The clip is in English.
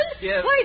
Yes